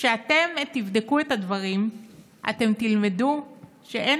כשאתם תבדקו את הדברים אתם תלמדו שאין